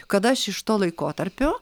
kad aš iš to laikotarpio